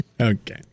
Okay